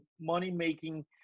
money-making